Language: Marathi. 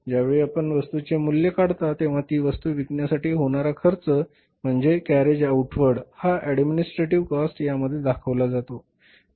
ज्यावेळी आपण वस्तूचे मूल्य काढतो तेव्हा ही वस्तू विकण्यासाठी होणारा खर्च म्हणजेच कॅरेज आउटवर्ड हा ऍडमिनिस्ट्रेटिव्ह कॉस्ट यामध्ये दाखवला जातो